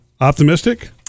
optimistic